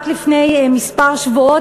רק לפני שבועות ספורים,